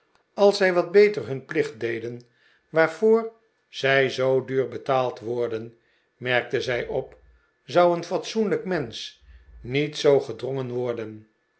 als ze wat beter hun plicht deden waarvoor zij zoo duur betaald worden merkte zij op zou een fatsoenlijk mensch niet zoo gedrongen worden